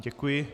Děkuji.